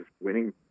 winning